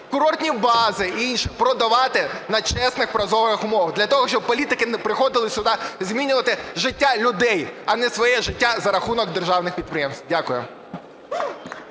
курортні бази і інше – продавати на чесних, прозорих умовах. Для того, щоб політики приходили сюди змінювати життя людей, а не своє життя за рахунок державних підприємств. Дякую.